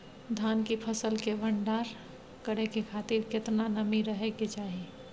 धान की फसल के भंडार करै के खातिर केतना नमी रहै के चाही?